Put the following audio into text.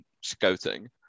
scouting